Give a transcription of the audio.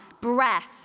breath